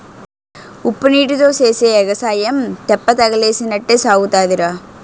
ఉప్పునీటీతో సేసే ఎగసాయం తెప్పతగలేసినట్టే సాగుతాదిరా